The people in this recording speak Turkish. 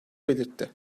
belirtti